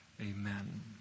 amen